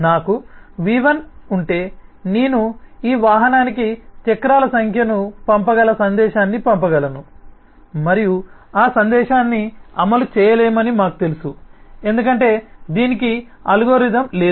నాకు v1 ఉంటే నేను ఈ వాహనానికి చక్రాల సంఖ్యను పంపగల సందేశాన్ని పంపగలను మరియు ఆ సందేశాన్ని అమలు చేయలేమని మాకు తెలుసు ఎందుకంటే దీనికి అల్గోరిథం లేదు